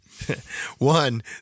One